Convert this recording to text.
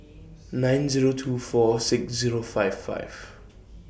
nine Zero two four six Zero five five